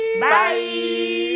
Bye